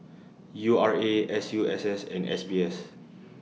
U R A S U S S and S B S